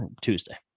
Tuesday